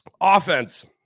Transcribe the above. Offense